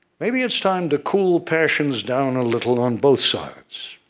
maybe it's time to cool passions down, a little, on both sides.